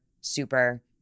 super